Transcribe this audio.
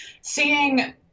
seeing